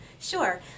Sure